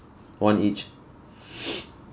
one each